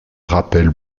rappelle